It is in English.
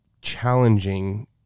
challenging